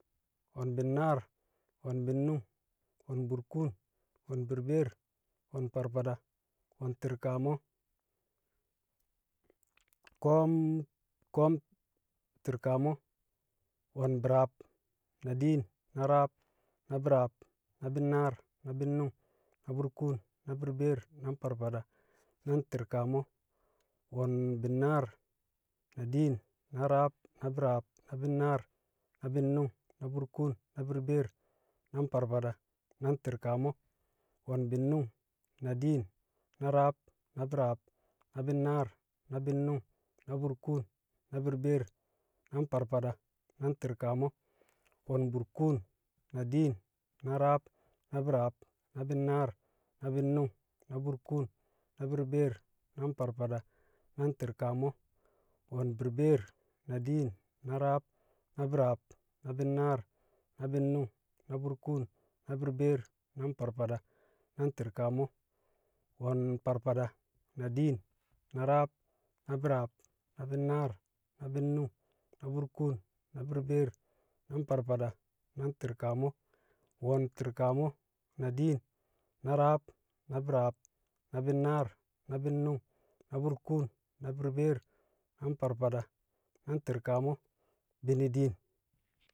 Wo̱n bi̱nnaar, wo̱n bi̱nnu̱ng, wo̱n burkuun, wo̱n burbeer wo̱n farfada, wo̱n ti̱rkamo̱, ko̱o̱m- ko̱o̱m ti̱rkamo̱, wo̱n bi̱raab na diin, na rab, na bi̱raab, na bi̱nnaar, na bi̱nnu̱ng, na burkuun, na burbeer, na farfada, na ti̱rkamo̱, wo̱n bi̱nnaar, na diin, na rab, na bi̱raab, na bi̱nnaar, na bi̱nnu̱ng, na burkuun, na burbeer, na farfada, na ti̱rkamo̱, wo̱n bi̱nnu̱ng, na diin, na rab, na bi̱raab, na bi̱nnaar, na bi̱nnu̱ng, na burkuun, na burbeer, na farfada, na ti̱rkamo̱, wo̱n burkuun, na diin na rab, na bi̱raab, na bi̱nnaar, na bi̱nnu̱ng, na burkuun, na burbeer, na farfada, na ti̱rkamo̱, wo̱n burbeer, na diin, na rab, na bi̱raab, na bi̱nnaar, na bi̱nnu̱ng, na burkuun na burbeer, na farfada, na ti̱rkamo̱, wo̱n farfada, na diin, na rab, na bi̱raab, na bi̱nnaar, na bi̱nnu̱ng, na burkuun, na burbeer, na farfada, na ti̱rkamo̱, wo̱n ti̱rkamo̱, na diin, na rab, na bi̱raab, na bi̱nnaar, na bi̱nnu̱ng, na burkuun na burbeer, na farfada, na ti̱rkamo̱, bini diin.